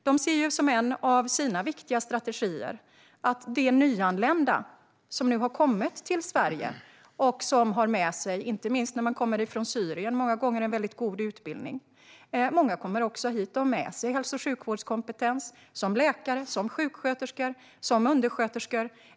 De ser som en av sina viktiga strategier att de nyanlända till Sverige många gånger har med sig en god utbildning, inte minst de som kommer från Syrien. Många har med sig hälso och sjukvårdskompetens, till exempel läkare, sjuksköterskor och undersköterskor.